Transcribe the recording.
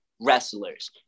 wrestlers